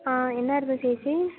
ആ എന്തായിരുന്നു ചേച്ചി